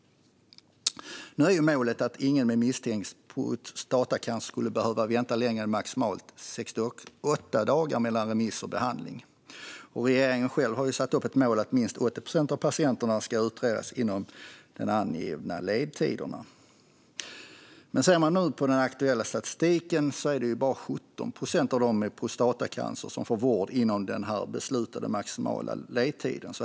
Målet är att ingen med misstänkt prostatacancer ska behöva vänta längre än maximalt 68 dagar mellan remiss och behandling. Regeringen har satt ett mål om att minst 80 procent av patienterna ska utredas inom de angivna ledtiderna. Men enligt aktuell statistik är det bara 17 procent av dem med prostatacancer som får vård inom beslutad maximal ledtid.